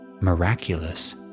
miraculous